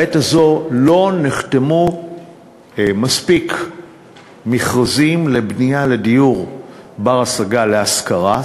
לעת הזאת לא נחתמו מספיק מכרזים לבנייה לדיור בר-השגה להשכרה,